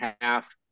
half